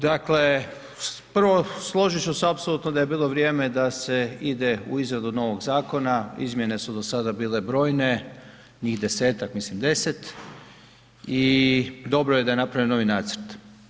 Dakle, prvo složit ću se apsolutno da je bilo vrijeme da se ide u izradu novog zakona, izmjene su do sada bile brojne, njih 10-ak, mislim 10 i dobro je da je napravljen novi nacrt.